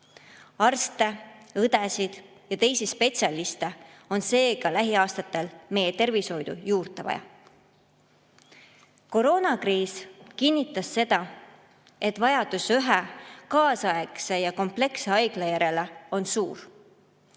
Arste-õdesid ja teisi spetsialiste on seega lähiaastatel meie tervishoidu juurde vaja. Koroonakriis kinnitas seda, et vajadus ühe kaasaegse ja kompleksse haigla järele on suur.